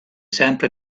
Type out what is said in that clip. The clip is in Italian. sempre